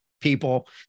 people